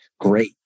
great